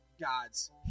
God's